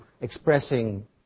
expressing